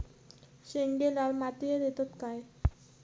शेंगे लाल मातीयेत येतत काय?